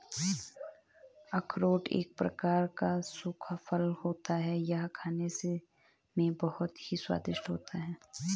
अखरोट एक प्रकार का सूखा फल होता है यह खाने में बहुत ही स्वादिष्ट होता है